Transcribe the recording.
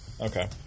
Okay